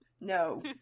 No